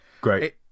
great